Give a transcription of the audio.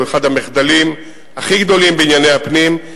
הוא אחד המחדלים הכי גדולים בענייני הפנים.